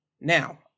Now